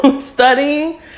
studying